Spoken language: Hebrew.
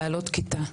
לעלות כיתה.